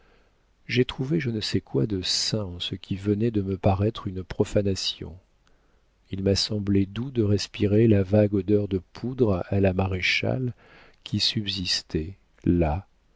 j'ai trouvé je ne sais quoi de saint à ce qui venait de me paraître une profanation il m'a semblé doux de respirer la vague odeur de poudre à la maréchale qui subsistait là